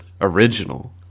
original